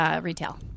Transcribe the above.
Retail